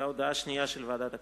הודעה שנייה של ועדת הכנסת: